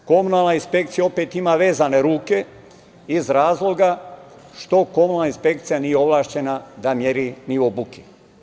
Komunalna inspekcija opet ima vezane ruke iz razloga, što komunalna inspekcija nije ovlašćena da meri nivo buke.